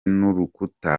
n’urukuta